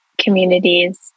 communities